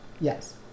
Yes